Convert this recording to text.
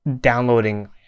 downloading